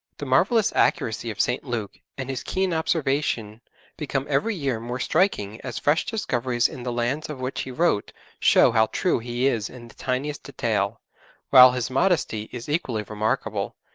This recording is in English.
the marvellous accuracy of st. luke and his keen observation become every year more striking as fresh discoveries in the lands of which he wrote show how true he is in the tiniest detail while his modesty is equally remarkable,